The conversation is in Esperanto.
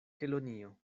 kelonio